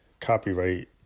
copyright